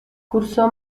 cursó